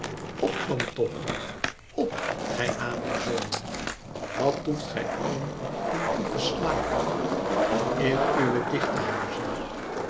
op dan toch p gij amazonen wat toeft gij allen in diepen slaap in uwe dichte huizen